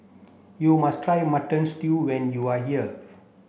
you must try mutton stew when you are here